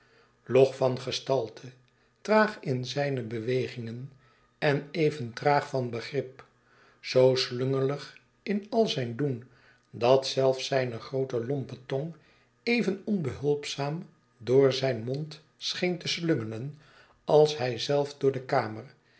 log van gestalte traag in zijne bewegingen en even traag van begrip zoo slungelig in al zijn doen dat zelfs zijne groote lompe tong even onbehulpzaam door zijn mond scheen te slungelen als hij zelf door de kamer